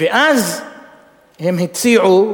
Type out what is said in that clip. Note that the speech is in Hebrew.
ואז הם הציעו